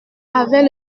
avait